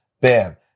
Bam